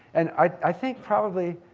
and i think probably